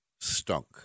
Stunk